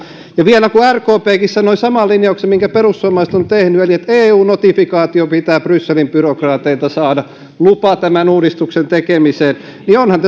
ja vielä kun rkpkin sanoi saman linjauksen minkä perussuomalaiset ovat tehneet eli että eu notifikaatio pitää brysselin byrokraateilta saada lupa tämän uudistuksen tekemiseen niin onhan